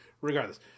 regardless